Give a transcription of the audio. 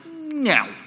no